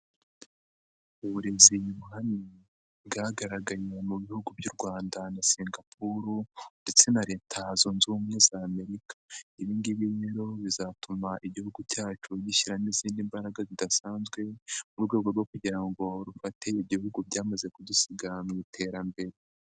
Uburezi buhamye bwagaragaye mu bihugu by'u Rwanda na Singapure ndetse na Leta zunze ubumwe za Amerika, ibi ngibi rero bizatuma Igihugu cyacu gishyiramo izindi mbaraga zidasanzwe, mu rwego rwo kugira ngo rufate ibihugu byamaze kudusiga mu iterambere.